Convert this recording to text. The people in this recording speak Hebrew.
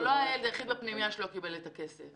הוא לא הילד היחיד בפנימייה שלא קיבל את הכסף.